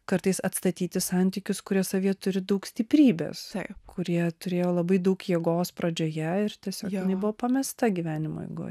kartais atstatyti santykius kurie savyje turi daug stiprybės kurie turėjo labai daug jėgos pradžioje ir tiesiog jinai buvo pamesta gyvenimo eigoj